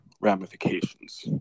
ramifications